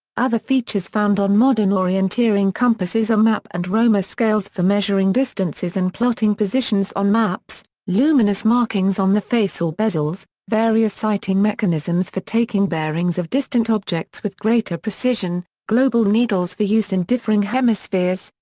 other features found on modern orienteering compasses are map and romer scales for measuring distances and plotting positions on maps, luminous markings on the face or bezels, various sighting mechanisms for taking bearings of distant objects with greater precision, global needles for use in differing hemispheres,